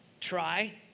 try